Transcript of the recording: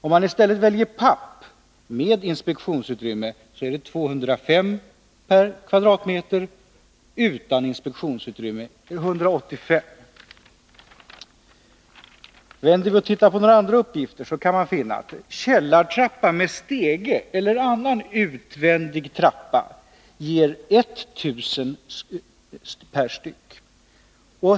Om man i stället väljer papp med inspektionsutrymme blir låneunderlaget 205 kr. per m?. Utan inspektionsutrymme blir det 185 kr. Om vi ser på uppgifterna för trappor, hissar och liknande, finner vi att källartrappa med stege eller annan utvändig trappa ger 1 000 kr. per styck.